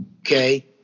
Okay